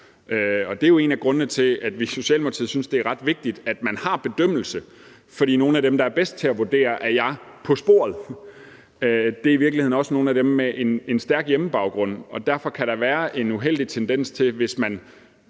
Det er jo en af grundene til, at vi i Socialdemokratiet synes, det er ret vigtigt, at man har bedømmelse. For nogle af dem, der er bedst til at vurdere, om de er på sporet, er i virkeligheden også nogle af dem med en stærk hjemmebaggrund. Derfor kan der være en uheldig tendens til, hvis man